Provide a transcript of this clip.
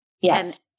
yes